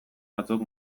batzuk